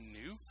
new